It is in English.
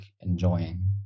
enjoying